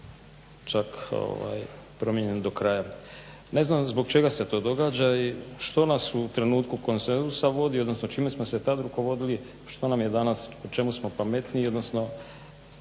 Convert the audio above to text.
čak promijenjen do kraja. Ne znam zbog čega se to događa i što nas u trenutku konsenzusa vodi, odnosno čime smo se tad rukovodili, što nam je danas, u čemu smo pametniji, odnosno